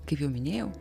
kaip jau minėjau